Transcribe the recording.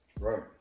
Right